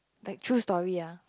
like true story ah